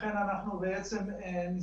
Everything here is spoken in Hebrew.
מעכשיו זה יפורסם בצורה ברורה בתוך האתר,